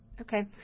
okay